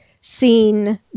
seen